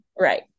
Right